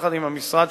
יחד עם המשרד,